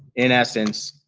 in essence,